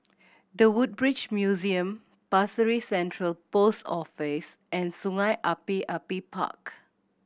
The Woodbridge Museum Pasir Ris Central Post Office and Sungei Api Api Park